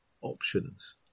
options